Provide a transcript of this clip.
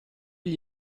gli